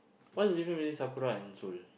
what's the difference between Sakura and Seoul